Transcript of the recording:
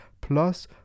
Plus